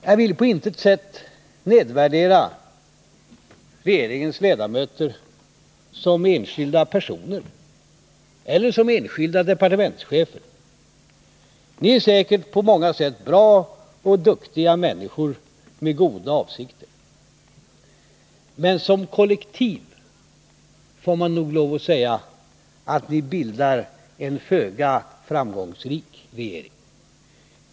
Jag vill på intet sätt nedvärdera regeringens ledamöter som enskilda personer eller som enskilda departementschefer. Ni är säkert på många sätt bra och duktiga människor med goda avsikter. Men som kollektiv får man noglov att säga att ni bildar en föga framgångsrik regering.